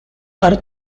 are